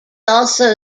also